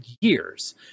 years